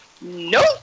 Nope